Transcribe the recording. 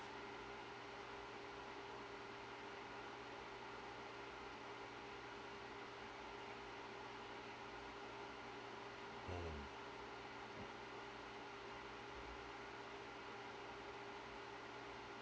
mm